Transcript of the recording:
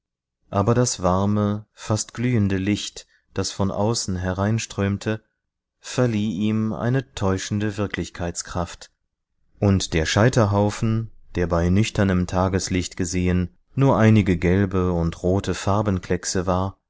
aber das warme fast glühende licht das von außen hereinströmte verlieh ihm eine täuschende wirklichkeitskraft und der scheiterhaufen der bei nüchternem tageslicht gesehen nur einige gelbe und rote farbenkleckse war